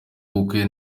ubukwe